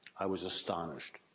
i was astonished.